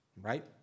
Right